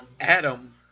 Adam